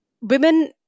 women